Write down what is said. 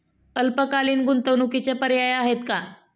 अल्पकालीन गुंतवणूकीचे पर्याय आहेत का?